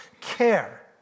care